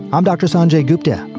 i'm dr. sanjay gupta,